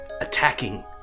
attacking